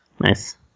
Nice